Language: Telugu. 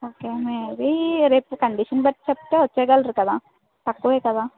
ఓకే మేబి రేపు కండిషన్ బట్టి చెప్తే వచ్చేయి గలరు కదా తక్కువే కదా